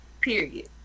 period